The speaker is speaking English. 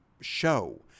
show